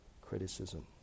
criticism